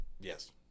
Yes